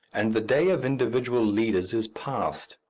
and the day of individual leaders is past.